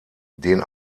den